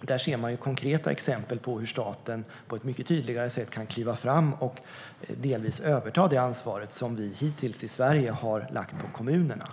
Där ser man konkreta exempel på hur staten på ett mycket tydligare sätt kan kliva fram och delvis överta det ansvar som vi hittills i Sverige har lagt på kommunerna.